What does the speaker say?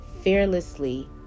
fearlessly